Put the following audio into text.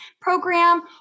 program